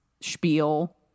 spiel